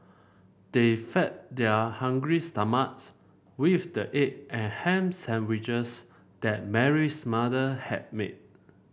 they fed their hungry stomachs with the egg and ham sandwiches that Mary's mother had made